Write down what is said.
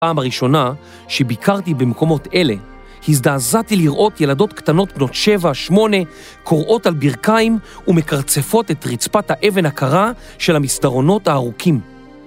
‫הפעם הראשונה שביקרתי במקומות אלה, ‫הזדעזעתי לראות ילדות קטנות בנות שבע, שמונה, ‫קורעות על ברכיים ומקרצפות ‫את רצפת האבן הקרה של המסדרונות הארוכים.